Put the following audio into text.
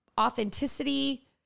authenticity